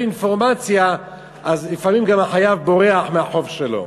אינפורמציה לפעמים גם החייב בורח מהחוב שלו.